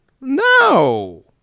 No